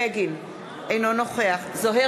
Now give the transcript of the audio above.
אינו נוכח זאב בנימין בגין,